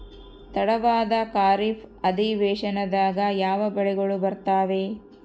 ತಡವಾದ ಖಾರೇಫ್ ಅಧಿವೇಶನದಾಗ ಯಾವ ಬೆಳೆಗಳು ಬರ್ತಾವೆ?